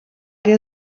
der